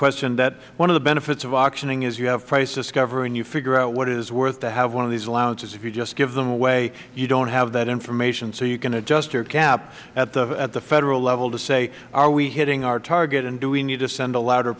question that one of the benefits of auctioning is you have price discovery and you figure out what it is worth to have one of these allowances if you just give them away you don't have that information so you can adjust your cap at the federal level to say are we hitting our target and do we need to send a l